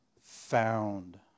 found